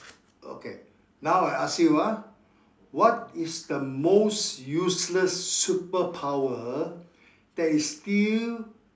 okay now I ask you ah what is the most useless superpower that is still